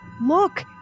Look